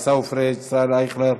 עיסאווי פריג'; ישראל אייכלר.